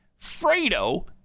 Fredo